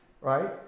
right